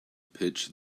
pitch